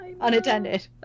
unattended